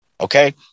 Okay